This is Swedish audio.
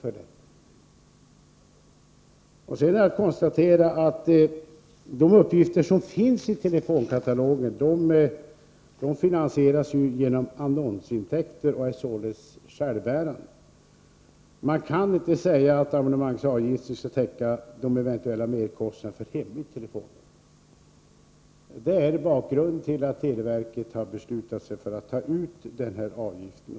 Sedan vill jag konstatera att de uppgifter som finns i telefonkatalogen finansieras genom annonsintäkter och således är självbärande. Man kan inte säga att abonnemangsavgifter skall täcka de eventuella merkostnaderna för hemligt telefonnummer. Det är bakgrunden till att televerket har beslutat sig för att ta ut den här avgiften.